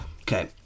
Okay